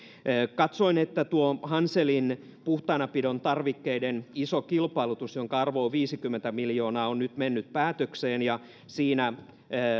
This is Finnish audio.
katsoin että tuo hanselin puhtaanapidon tarvikkeiden iso kilpailutus jonka arvo on viisikymmentä miljoonaa on nyt mennyt päätökseen ja siinä